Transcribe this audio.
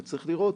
צריך לראות